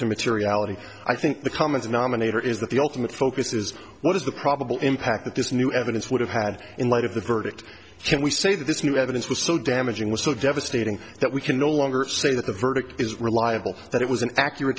to materiality i think the common denominator is that the ultimate focus is what is the probable impact that this new evidence would have had in light of the verdict can we say that this new evidence was so damaging was so devastating that we can no longer say that the verdict is reliable that it was an accurate